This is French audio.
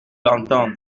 l’entendre